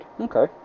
Okay